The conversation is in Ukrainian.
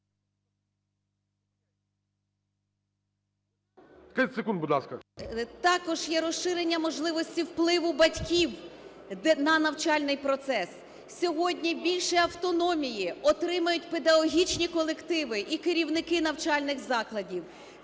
Також є розширення можливості впливу батьків на навчальний процес. Сьогодні більше автономії отримають педагогічні колективи і керівники навчальних закладів.